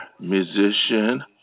musician